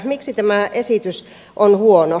miksi tämä esitys on huono